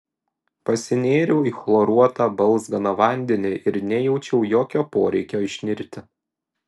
pasinėriau į chloruotą balzganą vandenį ir nejaučiau jokio poreikio išnirti